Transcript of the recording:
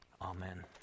Amen